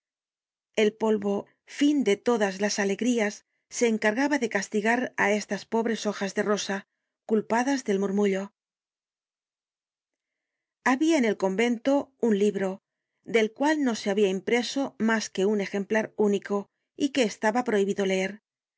el polvo fin de todas las alegrías se encargaba de castigar á estas pobres hojas de rosa culpadas del murmullo habia en el convento un libro del cual no se habia impreso mas que un ejemplar único y que estaba prohibido leer